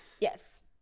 Yes